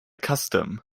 custom